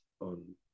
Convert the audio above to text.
on